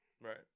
Right